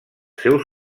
seus